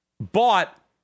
bought